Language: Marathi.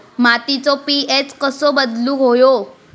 मातीचो पी.एच कसो बदलुक होयो?